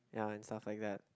ya and stuff like that